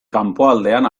kanpoaldean